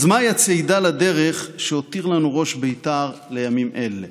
אז מה היא הצידה לדרך שהותיר לנו ראש בית"ר לימים אלה,